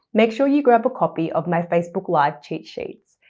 make sure you grab a copy of my facebook live cheat sheets.